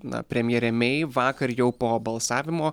na premjerė mei vakar jau po balsavimo